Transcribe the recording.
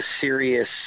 serious